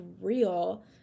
real